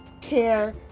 care